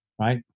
right